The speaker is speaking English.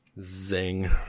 Zing